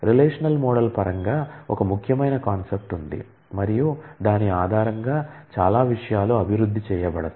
relational model పరంగా ఒక ముఖ్యమైన కాన్సెప్ట్ ఉంది మరియు దాని ఆధారంగా చాలా విషయాలు అభివృద్ధి చేయబడతాయి